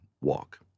walk